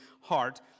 heart